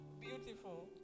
beautiful